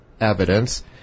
evidence